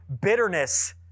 bitterness